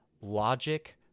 logic